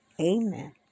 Amen